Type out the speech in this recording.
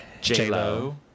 J-Lo